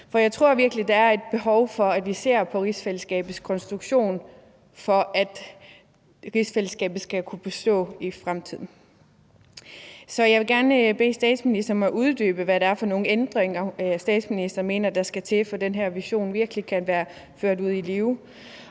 For jeg tror virkelig, der er et behov for, at vi ser på rigsfællesskabets konstruktion, for at rigsfællesskabet skal kunne bestå i fremtiden. Så jeg vil gerne bede statsministeren om at uddybe, hvad det er for nogle ændringer, statsministeren mener der skal til, for at den her vision virkelig kan blive ført ud i livet,